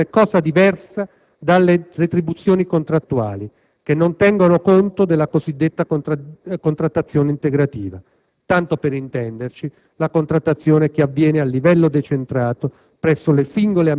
(che sappiamo essere cosa diversa dalle retribuzioni contrattuali che non tengono conto della cosiddetta contrattazione integrativa - tanto per intenderci la contrattazione che avviene a livello decentrato